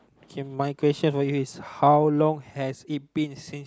K my question for you is how long has it been since